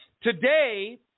Today